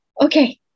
Okay